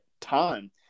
time